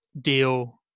deal